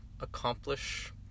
accomplish